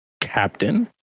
captain